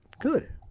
Good